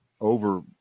over